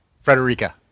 Frederica